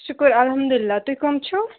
شُکُر الحمدُ اللہ تُہۍ کَم چھُو